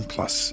Plus